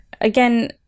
Again